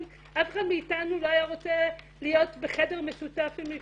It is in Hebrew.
אף אחד מאיתנו לא היה רוצה להיות בחדר משותף עם מישהו,